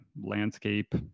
landscape